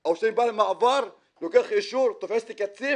או שבא למעבר ולוקח אישור, תופס אותי קצין